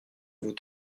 vous